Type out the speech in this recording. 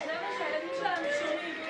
זה מה שהילדים שלנו שומעים,